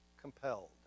compelled